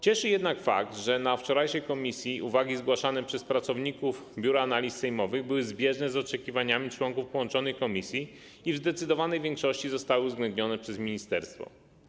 Cieszy jednak fakt, że na wczorajszym posiedzeniu komisji uwagi zgłaszane przez pracowników Biura Analiz Sejmowych były zbieżne z oczekiwaniami członków połączonych komisji i w zdecydowanej większości zostały uwzględnione przez ministerstwo.